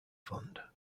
fund